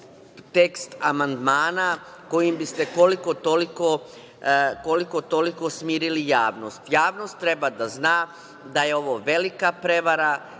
tekst amandmana kojim biste koliko toliko smirili javnost. Javnost treba da zna da je ovo velika prevara,